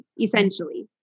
essentially